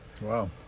wow